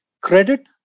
Credit